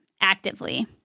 actively